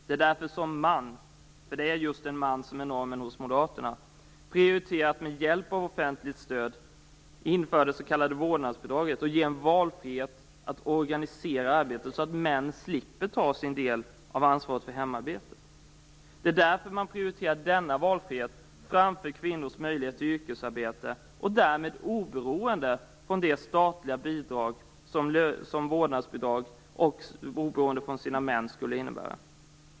Det är därför som man - det är också just en man som är normen hos Moderaterna - prioriterat att med hjälp av offentligt stöd, det s.k. vårdnadsbidraget, ge valfrihet när det gäller att organisera arbetet så att män slipper ta sin del av ansvaret för hemarbete. Det är därför som man prioriterar denna valfrihet före kvinnors möjligheter till yrkesarbete och därmed till oberoende från statliga bidrag som vårdnadsbidrag och till oberoende från sina män.